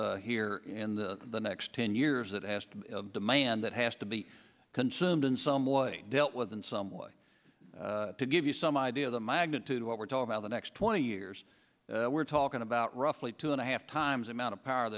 gigawatts here in the the next ten years that has to demand that has to be consumed in some way dealt with in some way to give you some idea of the magnitude of what we're talking about the next twenty years we're talking about roughly two and a half times the amount of power